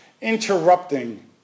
interrupting